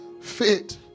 fit